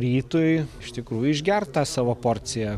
rytui iš tikrųjų išgert tą savo porciją